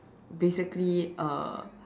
basically uh